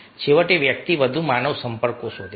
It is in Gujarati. છેવટે વ્યક્તિ વધુ માનવ સંપર્કો શોધે છે